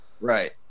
Right